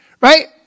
right